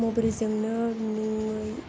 mobile जोंनो नुयो